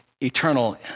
eternal